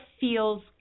feels